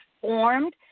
formed